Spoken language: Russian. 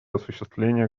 осуществления